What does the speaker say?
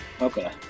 Okay